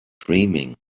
dreaming